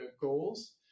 goals